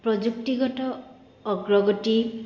প্ৰযুক্তিগত অগ্ৰগতি